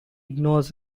ignores